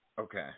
Okay